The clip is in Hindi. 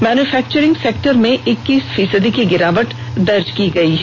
मैन्यूफैक्चरिंग सेक्टर में इक्कीस फीसदी की गिरावट दर्ज की गयी है